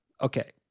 Okay